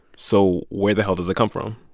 so where the hell does it come from?